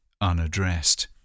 unaddressed